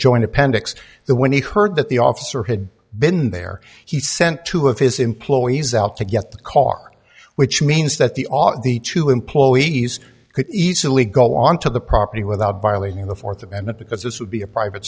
joint appendix the when he heard that the officer had been there he sent two of his employees out to get the car which means that the auto the two employees could easily go onto the property without violating the th amendment because this would be a private